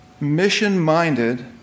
mission-minded